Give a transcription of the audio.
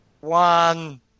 One